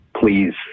please